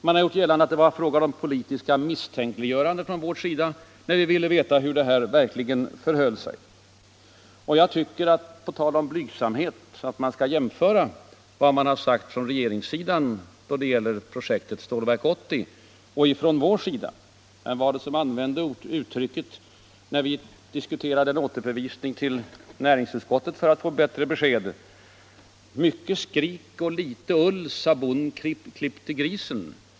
Man har gjort gällande att det varit fråga om politiska misstänkliggöranden från vår sida när vi ville veta hur det verkligen förhöll sig. Jag tycker, på tal om blygsamhet, att man skall jämföra vad som sagts från regeringens sida beträffande Stålverk 80 och vad som sagts från vår sida. Vem var det som, när vi diskuterade ärendets återförvisning till näringsutskottet för att få bättre besked, använde uttrycket Mycke skrik och lite ull, sa bonn, klippte grisen?